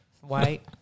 White